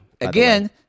Again